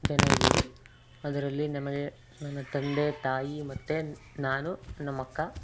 ಜನ ಇದ್ದೀವಿ ಅದರಲ್ಲಿ ನಮಗೆ ನನ್ನ ತಂದೆ ತಾಯಿ ಮತ್ತು ನಾನು ನಮ್ಮ ಅಕ್ಕ